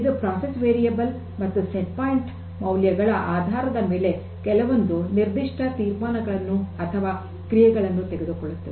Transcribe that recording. ಇದು ಪ್ರಕ್ರಿಯೆ ವೇರಿಯೇಬಲ್ ಮತ್ತು ಸೆಟ್ ಪಾಯಿಂಟ್ ಮೌಲ್ಯಗಳ ಆಧಾರದ ಮೇಲೆ ಕೆಲವೊಂದು ನಿರ್ದಿಷ್ಟ ತೀರ್ಮಾನಗಳನ್ನು ಅಥವಾ ಕ್ರಿಯೆಗಳನ್ನು ತೆಗೆದುಕೊಳ್ಳುತ್ತದೆ